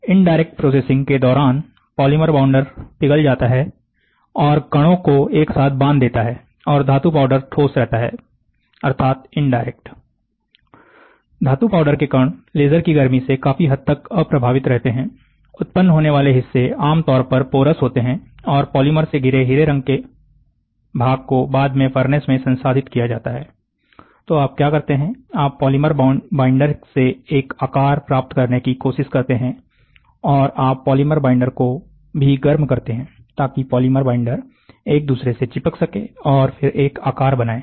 indirect processing के दौरान polymer binder पिघल जाता है और कणों को एक साथ बांध देता है और धातु पाउडर ठोस रहता है अर्थात इनडायरेक्ट धातु पाउडर के कण लेजर की गर्मी से काफी हद तक अप्रभावित रहते हैं उत्पन्न होने वाले हिस्से आमतौर पर पोरस होते हैं और पॉलीमर से घिरे हरे रंग के भाग को बाद में फर्नेस में संसाधित किया जाता है तो आप क्या करते हैं आप पॉलीमर बाइंडर से एक आकार प्राप्त करने की कोशिश करते हैं और आप पॉलीमर बाईंडर को भी गर्म करते हैं ताकि पॉलीमर बाईंडर एक दूसरे से चिपक सके और फिर एक आकार बनाएं